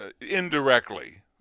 indirectly